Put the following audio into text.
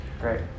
Great